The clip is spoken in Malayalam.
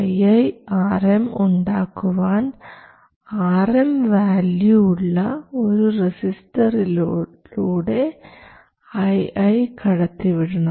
iiRm ഉണ്ടാക്കുവാൻ Rm വാല്യൂ ഉള്ള ഒരു റെസിസ്റ്ററിലൂടെ ii കടത്തിവിടണം